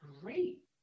great